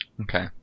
Okay